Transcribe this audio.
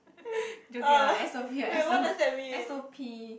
joking ah s_o_p s_o~ s_o_p